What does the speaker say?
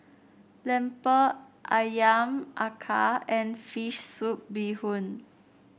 lemper ayam acar and fish soup Bee Hoon